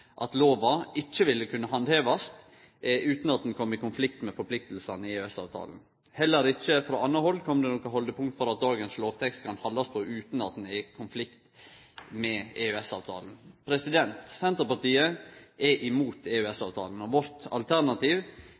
at loven ikkje ville kunne handhevast utan at han kom i konflikt med forpliktingane i EØS-avtalen. Heller ikkje frå anna hald kom det fram noko som gir haldepunkt for at ein kan halde på dagens lovtekst utan at han er i konflikt med EØS-avtalen. Senterpartiet er imot EØS-avtalen, og vårt alternativ